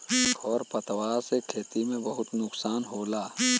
खर पतवार से खेती में बहुत नुकसान होला